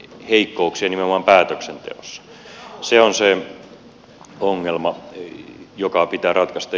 se on se ongelma joka pitää ratkaista